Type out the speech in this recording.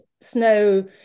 snow